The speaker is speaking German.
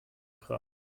kraft